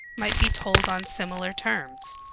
might be told on similar terms.